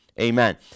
Amen